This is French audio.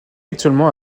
actuellement